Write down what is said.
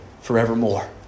forevermore